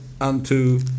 unto